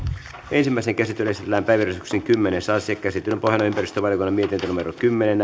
ensimmäiseen käsittelyyn esitellään päiväjärjestyksen kymmenes asia käsittelyn pohjana on ympäristövaliokunnan mietintö kymmenen